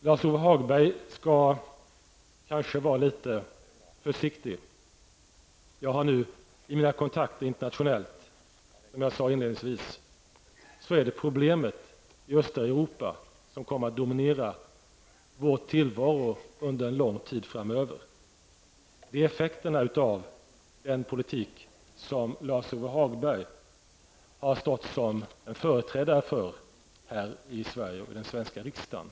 Lars-Ove Hagberg skall kanske vara litet försiktig. Jag har nu i mina kontakter internationellt kunnat konstatera, som jag sade inledningsvis, att det är problemen i Östeuropa som kommer att dominera vår tillvaro under lång tid framöver. Det är effekterna av den politik som Lars-Ove Hagberg har stått som företrädare för här i Sverige och i den svenska riksdagen.